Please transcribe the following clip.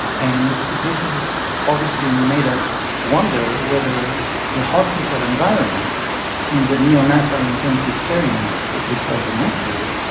and this has obviously made us wonder whether the hospital environment in the neonatal intensive care unit, what we call the nicu,